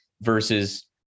versus